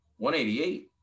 188